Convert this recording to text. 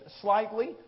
slightly